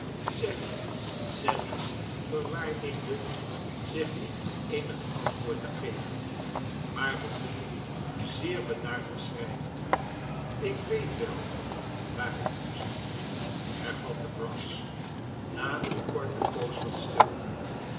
zeg sally verwaardigde zich niet eenig antwoord te geven maar begon zeer bedaard te schrijven ik weet wel waar het u zit hervatte brass na eene korte poos van stilte